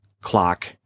clock